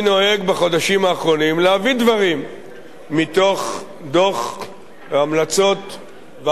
האחרונים להביא דברים מתוך דוח המלצות ועדת-גולדברג.